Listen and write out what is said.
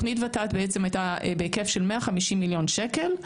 התוכנית הייתה בהיקף של 150 מיליון שקל.